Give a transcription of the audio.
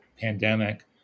pandemic